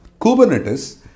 Kubernetes